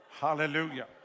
Hallelujah